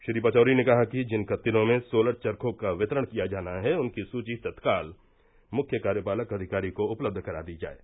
श्री पचौरी ने कहा कि जिन कत्तिनों में सोलर चर्खो का वितरण किया जाना है उनकी सूची तत्काल मुख्य कार्यपालक अधिकारी को उपलब्ध करा दी जाये